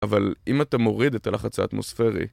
אבל אם אתה מוריד את הלחצה האטמוספרי